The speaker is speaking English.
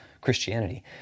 Christianity